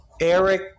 Eric